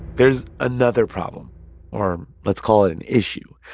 there's another problem or let's call it an issue.